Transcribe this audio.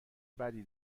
بدی